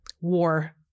war